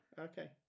Okay